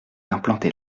implantés